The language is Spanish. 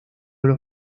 los